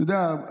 אתה יודע,